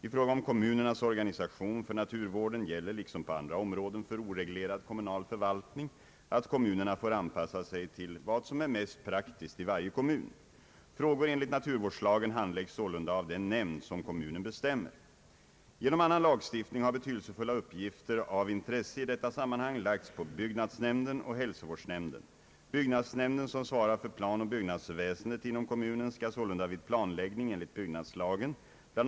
I fråga om kommunernas organisation för naturvården gäller — liksom på andra områden för oreglerad kommunal förvaltning — att kommunerna får anpassa sig till vad som är mest praktiskt i varje kommun. Frågor enligt naturvårdslagen handläggs sålunda av den nämnd som kommunen bestämmer. Genom annan lagstiftning har betydelsefulla uppgifter av intresse i detta sammanhang lagts på byggnadsnämnden och hälsovårdsnämnden. Byggnadsnämnden som svarar för planoch byggnadsväsendet inom kommunen skall sålunda vid planläggning enligt byggnadslagen bl.